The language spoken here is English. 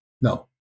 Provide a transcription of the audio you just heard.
no